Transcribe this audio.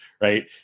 Right